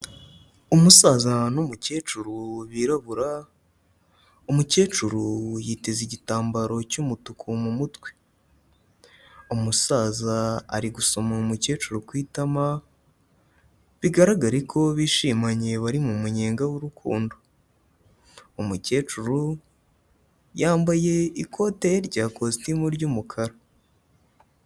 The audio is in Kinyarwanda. Umusaza n'umukecuru birabura, umukecuru yiteze igitambaro cy'umutuku mu mutwe. Umusaza ari gusoma uwo mukecuru ku itama, bigaragare ko bishimanye bari mu munyenga w'urukundo. Umukecuru yambaye ikote rya kositimu ry'umukara.